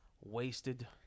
Wasted